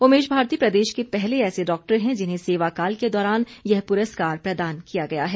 ओमेश भारती प्रदेश के पहले ऐसे डॉक्टर है जिन्हें सेवाकाल के दौरान यह पुरस्कार प्रदान किया गया है